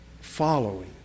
following